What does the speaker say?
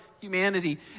humanity